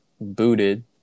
booted